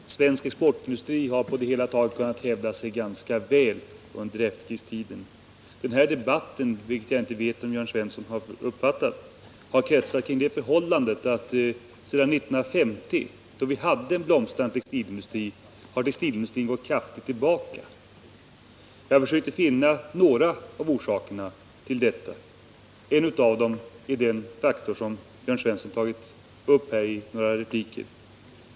Herr talman! Den svenska exportindustrin har på det hela taget kunnat hävda sig ganska väl under efterkrigstiden. Jag vet inte om Jörn Svensson uppfattat det, men denna debatt har kretsat kring det förhållandet att textilindustrin sedan 1950, då vi hade en blomstringstid, gått tillbaka. Jag har försökt finna några av orsakerna till detta. En av dem är den faktor som Jörn Svensson tagit upp här i ett par repliker.